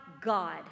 God